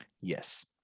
Yes